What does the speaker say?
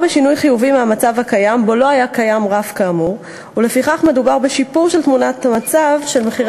שנית, הקביעה שבעקבות זאת מחירי